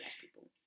people